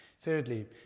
Thirdly